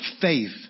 faith